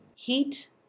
heat